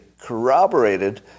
corroborated